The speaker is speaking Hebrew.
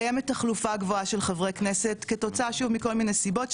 קיימת תחלופה גבוהה של חברי כנסת כתוצאה שוב מכל מיני סיבות,